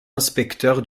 inspecteur